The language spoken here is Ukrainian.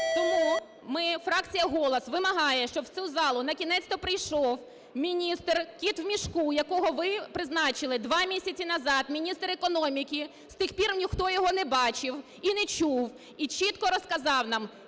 Тому ми, фракція "Голос", вимагаємо, щоб в цю залу накінець-то прийшов міністр, "кіт у мішку", якого ви призначили 2 місяці назад, міністр економіки, з тих пір ніхто його не бачив і не чув, і чітко розказав нам,